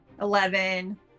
eleven